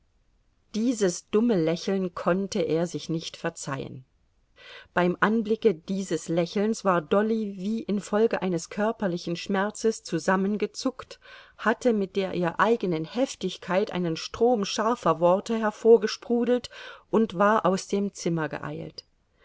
dieses dumme lächeln konnte er sich nicht verzeihen beim anblicke dieses lächelns war dolly wie infolge eines körperlichen schmerzes zusammengezuckt hatte mit der ihr eigenen heftigkeit einen strom scharfer worte hervorgesprudelt und war aus dem zimmer geeilt